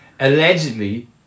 allegedly